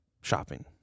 shopping